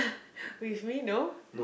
with me no